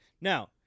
Now